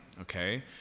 okay